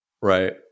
Right